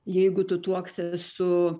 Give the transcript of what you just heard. jeigu tu tuoksies su